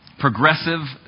Progressive